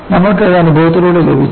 നമ്മൾക്കത് അനുഭവത്തിലൂടെ ലഭിച്ചു